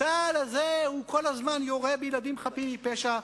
צה"ל הזה כל הזמן יורה בילדים חפים מפשע,